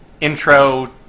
intro